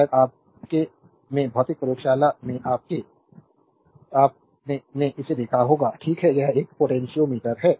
शायद आपके में भौतिकी प्रयोगशाला में आपके संदर्भ टाइम 1642 ने इसे देखा होगा ठीक है यह एक पोटेंशियोमीटर है